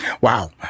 Wow